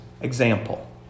example